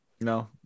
No